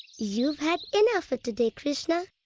you've had enough for today, krishna!